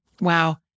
Wow